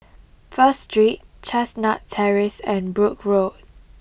First Street Chestnut Terrace and Brooke Road